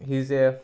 he is A F